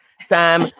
Sam